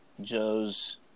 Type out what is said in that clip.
Joe's